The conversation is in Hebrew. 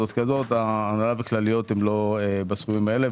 והנהלה וכלליות הם לא בסכומים האלה,